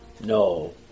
No